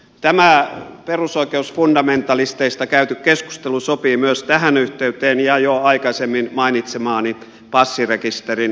tämä perusoikeusfundamentalisteista käyty keskustelu sopii myös tähän yhteyteen ja jo aikaisemmin mainitsemaani passirekisterin sormenjälkitietojen käyttämiseen